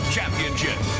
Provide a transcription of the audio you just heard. Championship